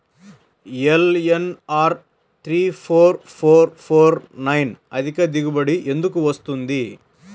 LNR three four four four nine అధిక దిగుబడి ఎందుకు వస్తుంది?